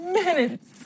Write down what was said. minutes